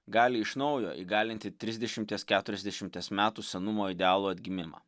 gali iš naujo įgalinti trisdešimties keturiasdešimties metų senumo idealų atgimimą